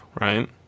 right